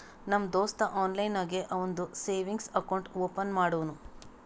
ನಮ್ ದೋಸ್ತ ಆನ್ಲೈನ್ ನಾಗೆ ಅವಂದು ಸೇವಿಂಗ್ಸ್ ಅಕೌಂಟ್ ಓಪನ್ ಮಾಡುನೂ